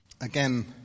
Again